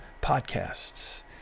podcasts